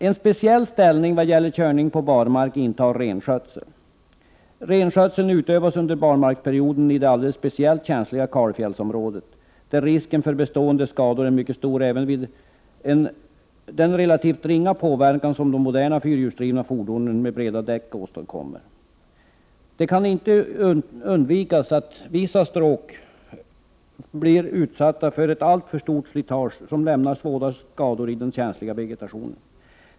En speciell ställning vad gäller körning på barmark intar renskötseln. Renskötseln utövas under barmarksperioden i det alldeles speciellt känsliga kalfjällsområdet, där risken för bestående skador är mycket stor även vid den relativt ringa påverkan som de moderna fyrhjulsdrivna fordonen med breda däck åstadkommer. Det kan inte undvikas att vissa stråk blir utsatta för ett alltför stort slitage, som lämnar svåra skador i den känsliga vegetationen.